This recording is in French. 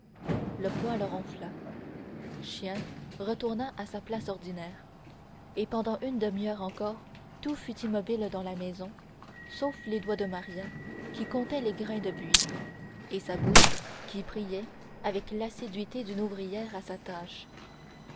le poêle ronfla chien retourna à sa place ordinaire et pendant une demi-heure encore tout fut immobile dans la maison sauf les doigts de maria qui comptaient les grains de buis et sa bouche qui priait avec l'assiduité d'une ouvrière à sa tâche